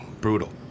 brutal